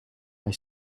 hij